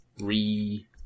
re